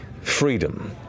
freedom